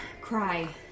Cry